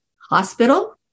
hospital